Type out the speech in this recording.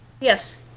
Yes